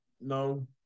no